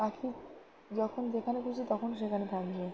পাখি যখন যেখানে খুশি তখন সেখানে থাকবে